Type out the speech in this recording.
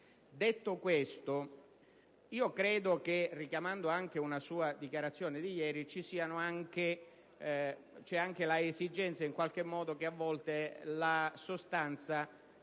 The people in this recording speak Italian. Detto ciò, credo che, richiamando anche una sua dichiarazione di ieri, vi sia l'esigenza che talvolta la sostanza